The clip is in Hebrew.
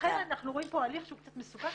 ולכן אנחנו רואים פה הליך שהוא קצת מסובך,